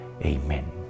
Amen